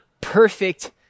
perfect